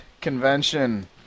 convention